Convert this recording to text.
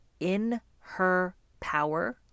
inherpower